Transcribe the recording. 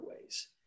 ways